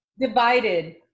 divided